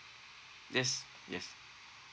yes yes